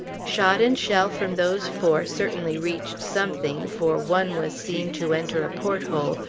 shot and shell from those four certainly reached something, for one was seen to enter a porthole,